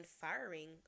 firing